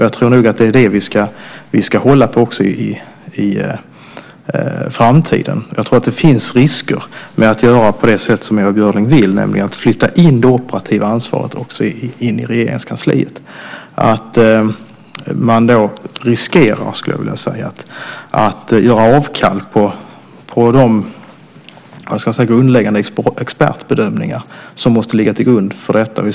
Jag tror nog att det är det vi ska hålla på också i framtiden. Det finns risker med att göra på det sätt som Ewa Björling vill, nämligen att flytta in det operativa ansvaret i Regeringskansliet. Man riskerar då att göra avkall på de grundläggande expertbedömningar som måste ligga till grund för detta.